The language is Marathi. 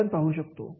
हे आपण पाहू शकतो